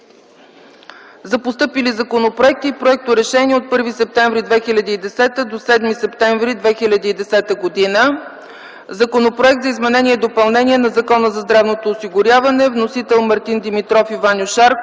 за постъпили законопроекти и проекторешения от 1 септември 2010 до 7 септември 2010 г.: Законопроект за изменение и допълнение на Закона за здравното осигуряване. Вносители – Мартин Димитров и Ваньо Шарков.